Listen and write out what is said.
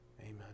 Amen